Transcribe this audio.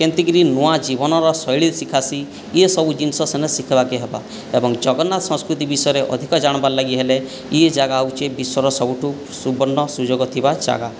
କେମିତିକରି ନୂଆ ଜୀବନର ଶୈଳୀ ଶିଖାସି ଏ ସବୁ ଜିନିଷ ସେନେ ଶିଖିବାକୁ ହେବ ଏବଂ ଜଗନ୍ନାଥ ସଂସ୍କୃତି ବିଷୟରେ ଅଧିକ ଜାଣିବା ଲାଗି ହେଲେ ଏ ଜାଗା ହେଉଛି ବିଶ୍ଵର ସବୁଠୁ ସୁବର୍ଣ୍ଣ ସୁଯୋଗ ଥିବା ଜାଗା